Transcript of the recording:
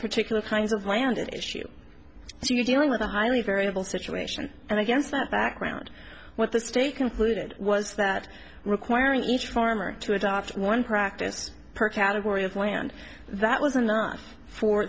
particular kinds of land issue so you're dealing with a highly variable situation and against that background what the state concluded was that requiring each farmer to adopt one practice per category of land that was enough for